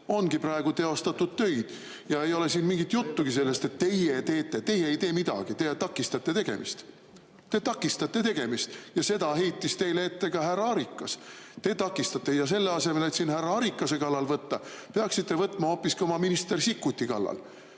ongi praegu teostatud töid. Ja ei ole siin mingit juttugi sellest, et teie teete. Teie ei tee midagi, te takistate tegemist. Te takistate tegemist! Ja seda heitis teile ette ka härra Arikas. Te takistate! Selle asemel, et siin härra Arikase kallal võtta, peaksite võtma hoopiski oma minister Sikkuti kallal,